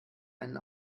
einen